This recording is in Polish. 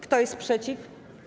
Kto jest przeciw?